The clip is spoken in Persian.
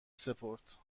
سپرد